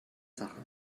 sache